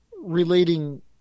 relating